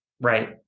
Right